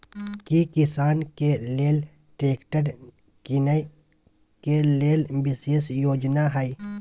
की किसान के लेल ट्रैक्टर कीनय के लेल विशेष योजना हय?